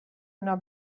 una